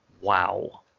Wow